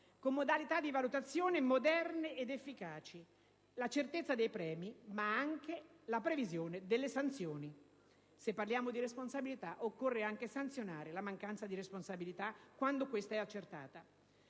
con modalità di valutazione moderne ed efficaci, con la certezza dei premi, ma anche con la previsione delle sanzioni. Se parliamo di responsabilità, bisogna anche sanzionare la mancanza di responsabilità, quando questa è accertata.